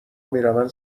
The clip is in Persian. میروند